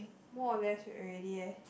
more or less already eh